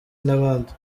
n’abandi